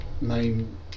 name